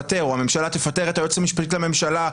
הממשלה תפטר את היועץ המשפטית לממשלה,